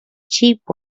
cheap